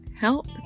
Help